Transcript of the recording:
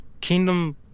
Kingdom